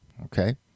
okay